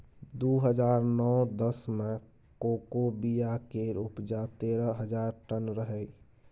दु हजार नौ दस मे कोको बिया केर उपजा तेरह हजार टन रहै